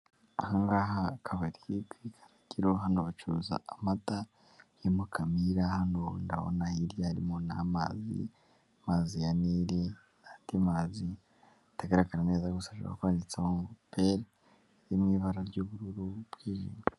Aha ngaha hakaba ari ku ikaragiro, hano bacuruza amata ya Mukamira, hano ndabona hirya harimo n'amazi , amazi ya Nili, n'andi mazi atagaragara neza gusa hashobora kuba banditseho ngo pe, iri mu ibara ry'ubururu.